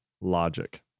logic